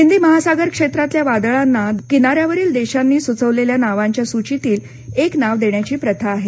हिंदी महासागर क्षेत्रातल्या वादळांना किनाऱ्यावरील देशांनी सुचवलेल्या नावांच्या सूचीतील एक नाव देण्याची प्रथा आहे